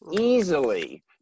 easily